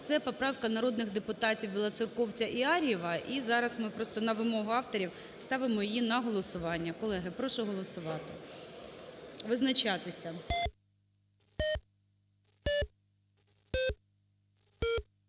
Це поправка народних депутатів Білоцерковця і Ар'єва, і зараз ми просто на вимогу авторів ставимо її на голосування. Колеги, прошу голосувати. Визначатися.